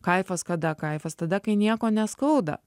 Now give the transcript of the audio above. kaifas kada kaifas tada kai nieko neskauda